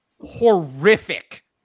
horrific